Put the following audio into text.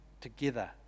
together